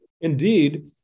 Indeed